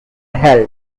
held